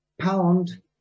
pound